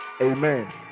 Amen